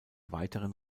weiteren